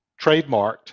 trademarked